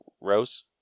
rows